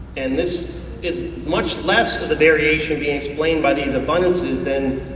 and this is much less of the variation being explained by these abundances than